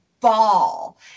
ball